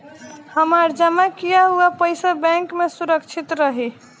हमार जमा किया हुआ पईसा बैंक में सुरक्षित रहीं?